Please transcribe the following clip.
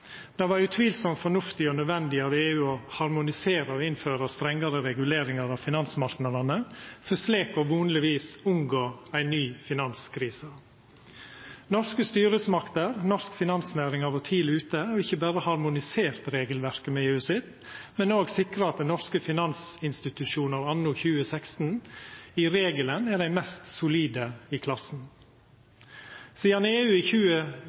Det var utvilsamt fornuftig og nødvendig av EU å harmonisera og innføra strengare regulering av finansmarknadene, for slik vonleg å unngå ei ny finanskrise. Norske styresmakter og norsk finansnæring har vore tidleg ute og ikkje berre harmonisert regelverket med EU sitt, men òg sikra at norske finansinstitusjonar anno 2016 i regelen er dei mest solide i klassen. Sidan EU i